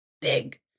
big